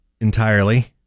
entirely